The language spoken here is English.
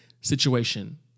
situation